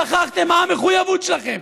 שכחתם מה המחויבות שלכם.